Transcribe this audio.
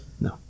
No